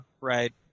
right